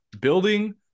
building